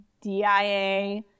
DIA